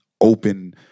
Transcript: open